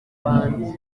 bantu